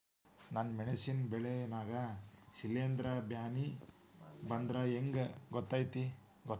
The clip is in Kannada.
ನನ್ ಮೆಣಸ್ ಬೆಳಿ ನಾಗ ಶಿಲೇಂಧ್ರ ಬ್ಯಾನಿ ಬಂದ್ರ ಹೆಂಗ್ ಗೋತಾಗ್ತೆತಿ?